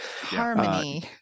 harmony